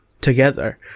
together